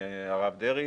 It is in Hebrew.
הרב דרעי,